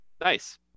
Nice